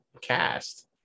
cast